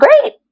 great